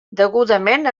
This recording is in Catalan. degudament